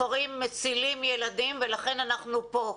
הכפרים מצילים ילדים ולכן אנחנו פה.